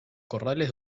corrales